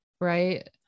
Right